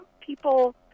people